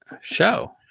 show